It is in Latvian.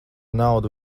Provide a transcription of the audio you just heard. naudu